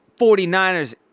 49ers